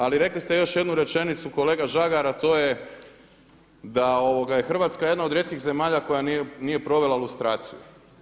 Ali rekli ste još jednu rečenicu kolega Žagar a to je da je Hrvatska jedna od rijetkih zemalja koja nije provela lustraciju.